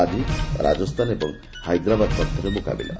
ଆଜି ରାଜସ୍ତାନ୍ ଓ ହାଇଦ୍ରାବାଦ୍ ମଧ୍ୟରେ ମୁକାବିଲା